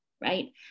right